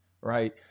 right